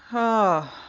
oh.